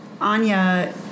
Anya